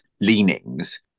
leanings